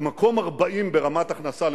חבר הכנסת.